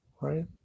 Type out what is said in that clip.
Right